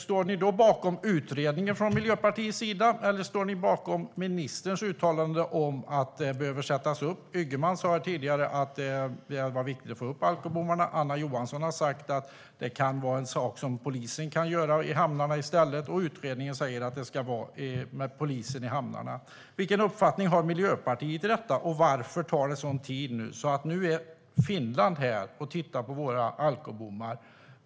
Står ni från Miljöpartiets sida i så fall bakom utredningen eller ministerns uttalande om att bommar behöver sättas upp? Ygeman sa tidigare att det är viktigt att få upp alkobommarna, och Anna Johansson har sagt att det är en sak som polisen kan göra i hamnarna. Utredningen säger att det är polisen som ska göra det i hamnarna. Vilken uppfattning har Miljöpartiet i detta, och varför tar det sådan tid? Nu är Finland här och tittar på våra alkobommar.